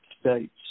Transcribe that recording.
states